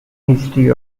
history